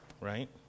Right